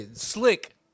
Slick